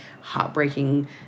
heartbreaking